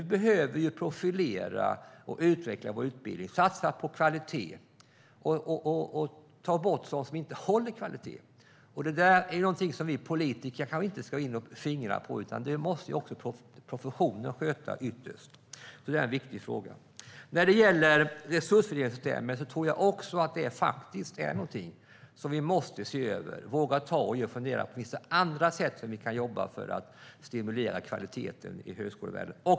Vi behöver nämligen profilera och utveckla vår utbildning, satsa på kvalitet och ta bort sådant som inte håller kvalitet. Det där är någonting vi politiker kanske inte ska gå in och fingra på, utan det måste ytterst professionen sköta. Det är en viktig fråga. När det gäller resursfördelningssystemet tror jag också att det är någonting vi faktiskt måste se över. Vi måste våga ta i och fundera över det. Finns det andra sätt vi kan jobba på för att stimulera kvaliteten i högskolevärlden?